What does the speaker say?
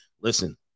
listen